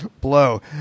blow